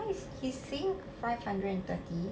why is he's saying five hundred and thirty